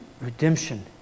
Redemption